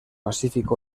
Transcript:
pacífic